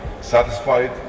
satisfied